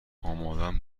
آمادم